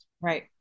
right